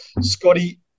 Scotty